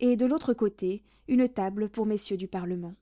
et de l'autre côté une table pour messieurs du parlement